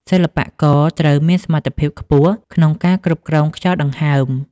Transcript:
សិល្បករត្រូវមានសមត្ថភាពខ្ពស់ក្នុងការគ្រប់គ្រងខ្យល់ដង្ហើម។